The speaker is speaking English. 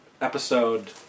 episode